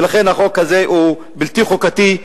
ולכן החוק הזה הוא בלתי חוקתי,